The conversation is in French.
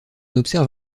observe